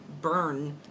burn